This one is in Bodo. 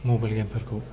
मबाइल गेम फोरखौ